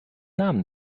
namen